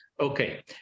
Okay